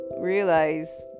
realize